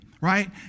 right